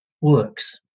works